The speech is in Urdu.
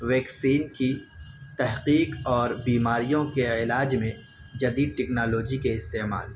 ویکسین کی تحقیق اور بیماریوں کے علاج میں جدید ٹکنالوجی کے استعمال